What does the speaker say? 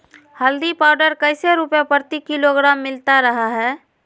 हल्दी पाउडर कैसे रुपए प्रति किलोग्राम मिलता रहा है?